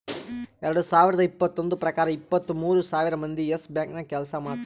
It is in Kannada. ಎರಡು ಸಾವಿರದ್ ಇಪ್ಪತ್ತೊಂದು ಪ್ರಕಾರ ಇಪ್ಪತ್ತು ಮೂರ್ ಸಾವಿರ್ ಮಂದಿ ಯೆಸ್ ಬ್ಯಾಂಕ್ ನಾಗ್ ಕೆಲ್ಸಾ ಮಾಡ್ತಾರ್